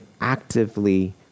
actively